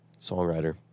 songwriter